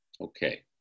Okay